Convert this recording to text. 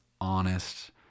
honest